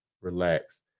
relax